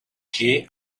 que